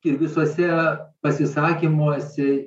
ir visuose pasisakymuose